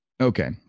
okay